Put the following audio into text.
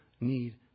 need